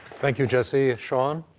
thank you, jesse. sean?